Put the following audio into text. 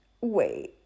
Wait